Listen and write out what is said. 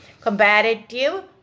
Comparative